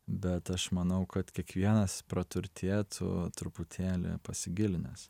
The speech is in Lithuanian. bet aš manau kad kiekvienas praturtėtų truputėlį pasigilinęs